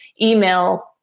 email